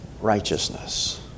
righteousness